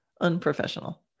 unprofessional